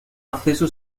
acceso